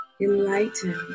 enlightened